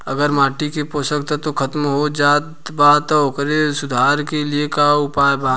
अगर माटी के पोषक तत्व खत्म हो जात बा त ओकरे सुधार के लिए का उपाय बा?